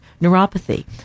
neuropathy